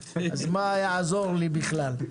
אז מה זה יעזור לי בכלל?